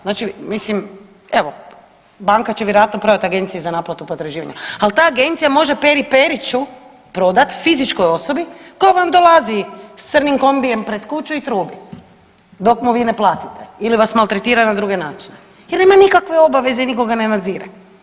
Znači mislim evo banka će vjerojatno prodat Agenciji za naplatu potraživanja, ali ta agencija može Peri Periću prodat fizičkoj osobi koja vam dolazi s crnim kombijem pred kuću i trubi dok mu vi ne platite ili vas maltretiraju na druge načine jel nema nikakve obaveze i niko ga ne nadzire.